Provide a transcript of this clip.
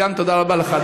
וגם תודה רבה לך,